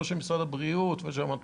לא של משרד הבריאות ולא של המתפ"ש,